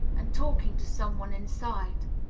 and talking to some one inside.